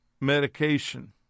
medication